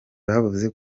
bavuze